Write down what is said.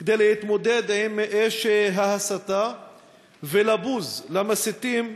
כדי להתמודד עם אש ההסתה ולבוז למסיתים,